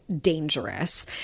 dangerous